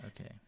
Okay